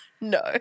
No